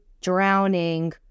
drowning